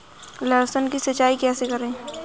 लहसुन की सिंचाई कैसे करें?